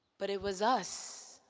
but it was us.